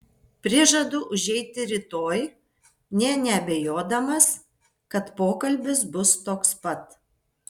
prižadu užeiti rytoj nė neabejodamas kad pokalbis bus toks pat